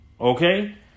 Okay